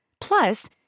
Plus